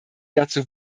dazu